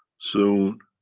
soon